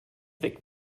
weg